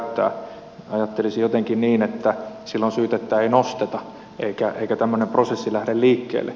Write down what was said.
ajattelisin jotenkin niin että silloin syytettä ei nosteta eikä tämmöinen prosessi lähde liikkeelle